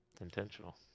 intentional